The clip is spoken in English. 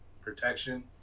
protection